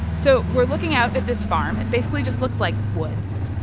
so we're looking out at this farm. it basically just looks like woods